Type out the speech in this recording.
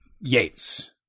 Yates